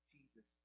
Jesus